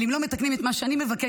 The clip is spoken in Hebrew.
אם לא מתקנים את מה שאני מבקשת,